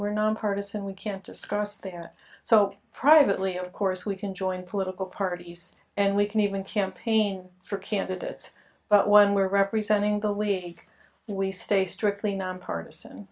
we're nonpartisan we can't discuss their so privately of course we can join political parties and we can even campaign for candidates but one we're representing the way we stay strictly nonpartisan